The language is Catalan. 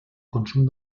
consum